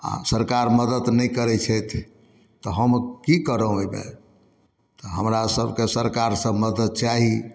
आओर सरकार मदति नहि करै छथि तऽ हम कि करोँ एहिमे तऽ हमरासभके सरकारसँ मदति चाही